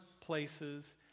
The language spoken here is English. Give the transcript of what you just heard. places